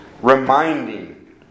reminding